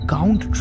Count